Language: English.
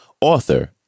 author